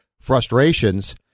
frustrations